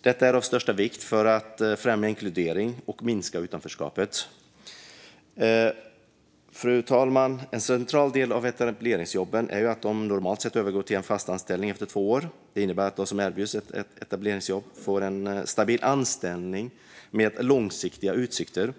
Detta är av största vikt för att främja inkludering och minska utanförskapet. Fru talman! En central del av etableringsjobben är att de normalt sett övergår till en fast anställning efter två år. Det innebär att de som erbjuds ett etableringsjobb får en stabil anställning med långsiktiga utsikter.